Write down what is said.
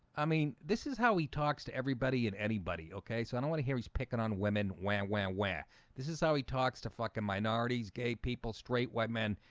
i mean this is how he talks to everybody and anybody okay so i don't want to hear he's picking on women when when where this is how he talks to fucking minorities gay people straight white men.